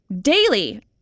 daily